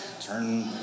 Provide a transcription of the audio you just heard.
turn